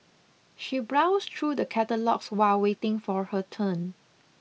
she browsed through the catalogues while waiting for her turn